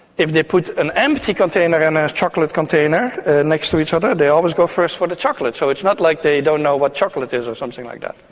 if they put an empty container and a chocolate container next to each other, they always go first for the chocolate. so it's not like they don't know what chocolate is or something like that.